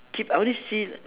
keep I only see